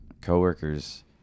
coworkers